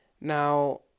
Now